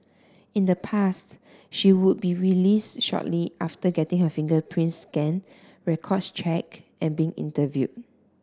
in the past she would be released shortly after getting her fingerprints scanned records checked and being interview